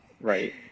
Right